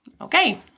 Okay